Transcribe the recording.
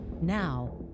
Now